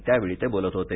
त्यावेळी ते बोलत होते